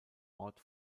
ort